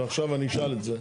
ועכשיו אני אשאל את זה.